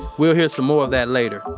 we'll hear some more of that later